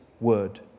word